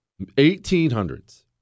1800s